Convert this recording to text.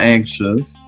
Anxious